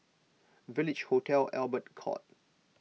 Village Hotel Albert Court